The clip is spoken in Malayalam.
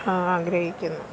ആഗ്രഹിക്കുന്നു